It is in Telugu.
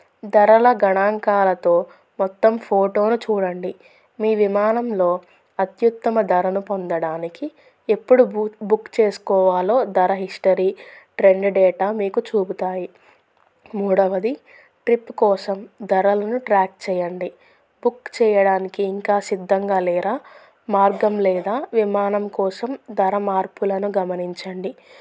ధరల గణాంకాలతో మొత్తం ఫోటోను చూడండి మీ విమానంలో అత్యుత్తమ ధరను పొందడానికి ఎప్పుడు బు బుక్ చేస్కోవాలో ధర హిస్టరీ ట్రెండు డేటా మీకు చూపుతాయి మూడవది ట్రిప్పు కోసం ధరలను ట్రాక్ చెయ్యండి బుక్ చెయడానికి ఇంకా సిద్ధంగా లేరా మార్గం లేదా విమానం కోసం ధర మార్పులను గమనించండి